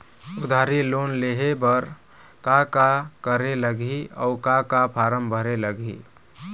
उधारी लोन लेहे बर का का करे लगही अऊ का का फार्म भरे लगही?